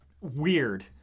weird